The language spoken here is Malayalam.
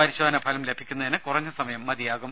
പരിശോധനാ ഫലം ലഭിക്കുന്നതിന് കുറഞ്ഞ സമയം മതിയാകും